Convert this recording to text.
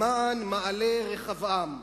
למען מעלה-רחבעם,